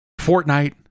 Fortnite